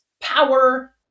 power